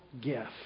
gift